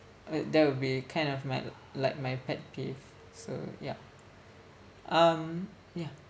that that would be kind of my like my pet peeve so yup um ya